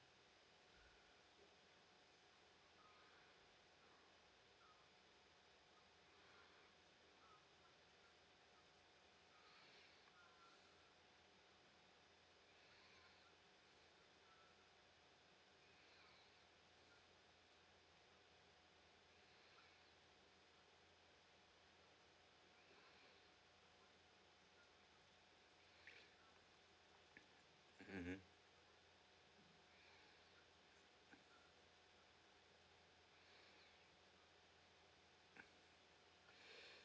mmhmm hmm